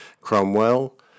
Cromwell